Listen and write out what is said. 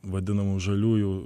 vadinamų žaliųjų